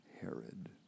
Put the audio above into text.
Herod